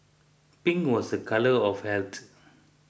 pink was a colour of health